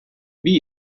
wie